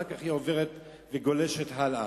ואחר כך היא גולשת הלאה.